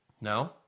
No